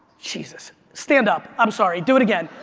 jesus, stand up. i'm sorry, do it again.